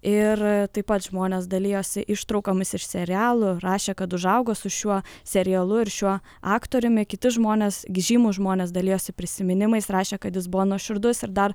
ir taip pat žmonės dalijosi ištraukomis iš serialų rašė kad užaugo su šiuo serialu ir šiuo aktoriumi kiti žmonės gi žymūs žmonės dalijosi prisiminimais rašė kad jis buvo nuoširdus ir dar